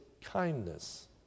kindness